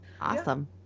awesome